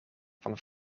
van